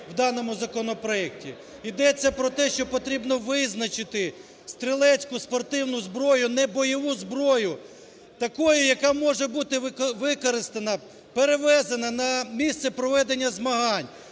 уданому законопроекті? Йдеться про те, що потрібно визначити стрілецьку спортивну зброю, небойову зброю такою, яка може бути використана, перевезення на місце проведення змагань.